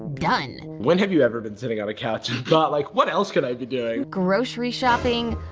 done. when have you ever been sitting on a couch and thought like, what else could i be doing? grocery shopping?